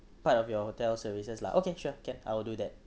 part of your hotel services lah okay sure can I will do that